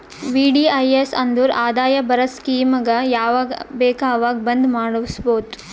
VDIS ಅಂದುರ್ ಆದಾಯ ಬರದ್ ಸ್ಕೀಮಗ ಯಾವಾಗ ಬೇಕ ಅವಾಗ್ ಬಂದ್ ಮಾಡುಸ್ಬೋದು